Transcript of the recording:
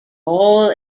all